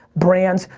brands,